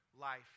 life